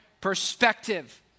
perspective